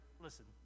Listen